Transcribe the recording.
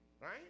right